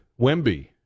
Wemby